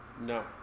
No